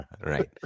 Right